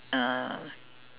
uh